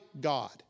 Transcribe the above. God